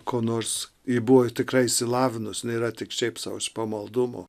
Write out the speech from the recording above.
ko nors ji buvo tikrai išsilavinus jinai yra tik šiaip sau iš pamaldumo